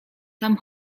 tam